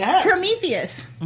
Prometheus